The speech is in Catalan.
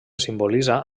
simbolitza